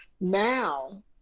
now